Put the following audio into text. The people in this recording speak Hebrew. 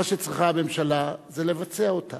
מה שצריכה הממשלה זה לבצע אותה.